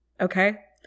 Okay